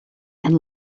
and